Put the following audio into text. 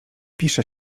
pisze